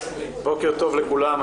בוקר טוב לכולם.